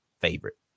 favorite